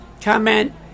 comment